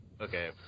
okay